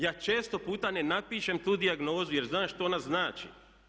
Ja često puta ne napišem tu dijagnozu jer znam šta ona znači.